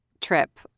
trip